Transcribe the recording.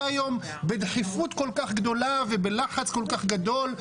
היום בדחיפות כל כך גדולה ובלחץ כל כך גדול?